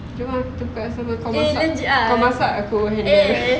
eh legit ah eh